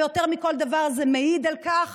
ויותר מכל דבר זה מעיד על כך